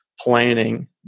planning